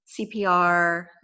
CPR